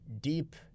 deep